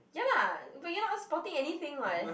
ya lah but you're not spotting anything [what]